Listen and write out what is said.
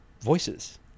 voices